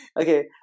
Okay